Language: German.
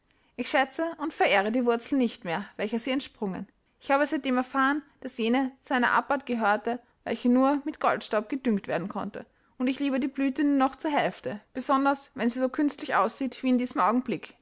ich schätze und verehre die wurzel nicht mehr welcher sie entsprungen ich habe seitdem erfahren daß jene zu einer abart gehörte welche nur mit goldstaub gedüngt werden konnte und ich liebe die blüte nur noch zur hälfte besonders wenn sie so künstlich aussieht wie in diesem augenblick